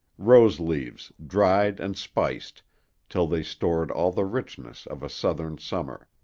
rose-leaves dried and spiced till they stored all the richness of a southern summer.